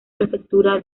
prefectura